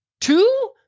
Two